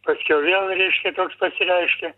paskiau vėl reiškia toks pasireiškia